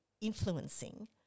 influencing